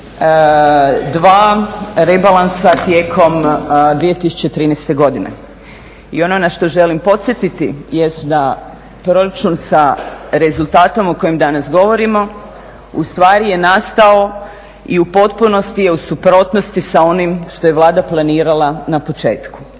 dva rebalansa tijekom 2013. godine. I ono na što želim podsjetiti jest da proračuna sa rezultatom o kojem danas govorimo ustvari je nastao i u potpunosti je u suprotnosti sa onim što je Vlada planirala na početku.